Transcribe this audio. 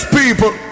people